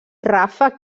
ràfec